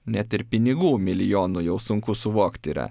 net ir pinigų milijonų jau sunku suvokt yra